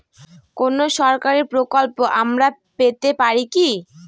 কোন সরকারি প্রকল্প আমরা পেতে পারি কি?